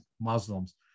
Muslims